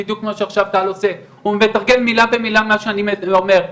הוא מתרגם מילה במילה מה שאני אומר.